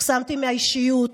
הוקסמתי מהאישיות,